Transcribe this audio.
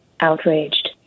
outraged